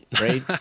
right